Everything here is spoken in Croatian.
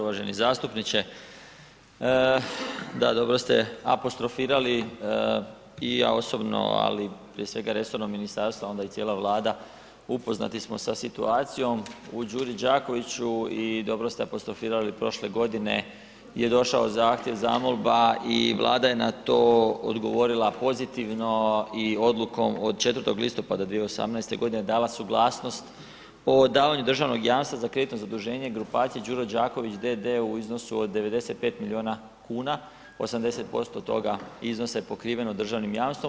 Uvaženi zastupniče, da dobro ste apostrofirali i ja osobno ali prije svega resorno ministarstvo a onda i cijela Vlada upoznati smo sa situacijom u Đuri Đakoviću i dobro ste apostrofirali prošle godine je došao zahtjev, zamolba i Vlada je na to odgovorila pozitivno i odlukom od 4. listopada 2018.g dala suglasnost o davanju državnog jamstva za kreditno zaduženje grupacije Đuro Đaković d.d. u iznosu od 95 milijuna kuna, 80% toga iznosa je pokriveno državnim jamstvom.